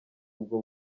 ubwo